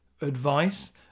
advice